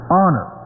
honor